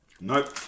Nope